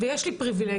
ויש לי פריבילגיה,